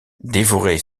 dévorer